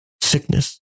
sickness